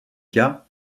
cas